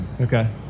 Okay